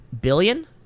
Billion